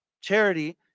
charity